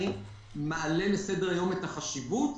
אני מעלה לסדר היום את החשיבות.